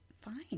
fine